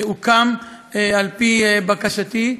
שהוקם על-פי בקשתי.